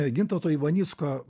gintauto ivanicko